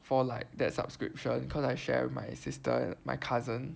for like that subscription cause I share with my sister my cousin